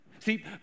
See